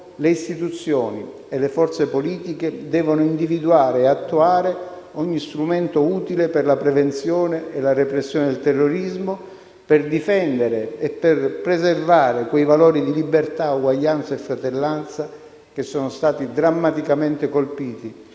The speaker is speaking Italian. le istituzioni e le forze politiche devono individuare e attuare ogni strumento utile per la prevenzione e la repressione del terrorismo, per difendere e preservare quei valori di libertà, uguaglianza e fratellanza che sono stati drammaticamente colpiti